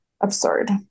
absurd